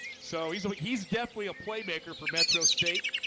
so he's he's definitely a playmaker for metro state